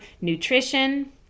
nutrition